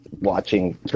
watching